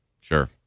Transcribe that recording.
Sure